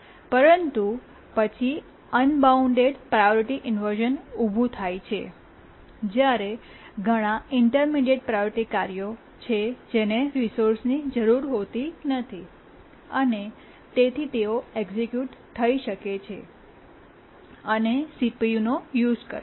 પરંતુ પછી unbound priority inversion ઉભી થાય છે જ્યારે ઘણા ઇન્ટર્મીડિએટ્ પ્રાયોરિટી કાર્યો છે જેને રિસોર્સની જરૂર હોતી નથી અને તેથી તેઓ એક્સિક્યૂટ થઈ શકે છે અને CPU યુઝ કરે છે